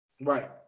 Right